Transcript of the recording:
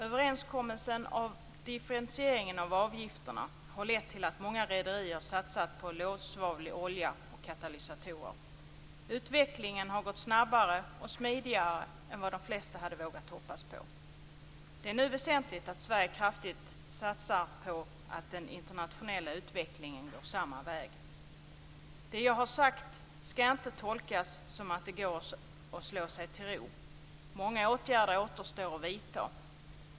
Överenskommelsen om differentiering av avgifterna har lett till att många rederier har satsat på lågsvavlig olja och katalysatorer. Utvecklingen har gått snabbare och smidigare än vad de flesta hade vågat hoppas på. Det är nu väsentligt att Sverige kraftigt satsar på att den internationella utvecklingen går samma väg. Det jag har sagt skall inte tolkas som att det går att slå sig till ro. Många åtgärder återstår att vidta.